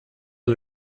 all